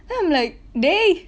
I'm like dey